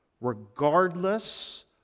regardless